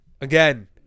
Again